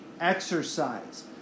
exercise